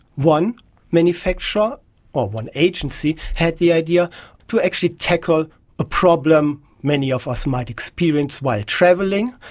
one manufacturer or one agency had the idea to actually tackle a problem many of us might experience while travelling,